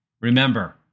Remember